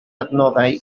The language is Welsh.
adnoddau